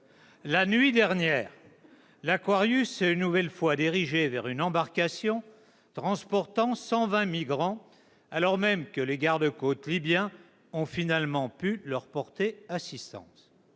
La nuit dernière, l's'est une nouvelle fois dirigé vers une embarcation transportant 120 migrants, alors même que les garde-côtes libyens ont finalement pu leur porter assistance.